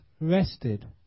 rested